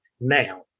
now